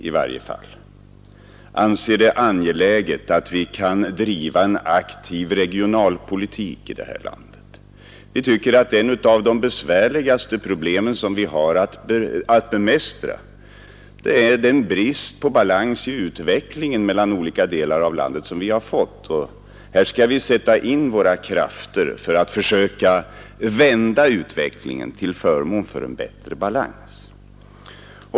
I varje fall anser regeringen att vi kan driva en aktiv regionalpolitik i landet. Vi tycker att ett av de besvärligaste problem vi har att bemästra är den brist på balans i utvecklingen mellan olika delar av landet som vi har fått. Här skall vi sätta in våra krafter för att försöka vända utvecklingen till förmån för en bättre balans.